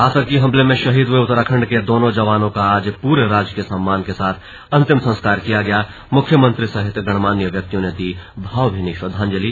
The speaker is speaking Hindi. आतंकी हमले में शहीद हुए उत्तराखंड के दोनों जवानों का आज पूरे राजकीय सम्मान के साथ अंतिम संस्कार किया गयामुख्यमंत्री सहित गणमान्य व्यक्तियों ने दी भावभीनी श्रद्दांजलि